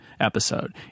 episode